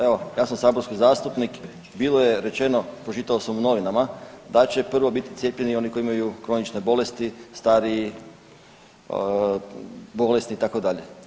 Evo ja sam saborski zastupnik, bilo je rečeno pročitao sam u novinama da će prvo biti cijepljeni oni koji imaju kronične bolesti, stariji bolesni itd.